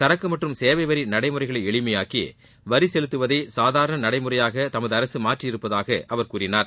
சரக்கு மற்றும் சேவைவரி நடைமுறைகளை எளிமையாக்கி வரி செலுத்துவதை சாதாரண நடைமுறையாக தமது அரசு மாற்றியிருப்பதாக அவர் கூறினார்